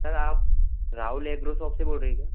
sir आप Rahul agro shop से रहे हैं क्या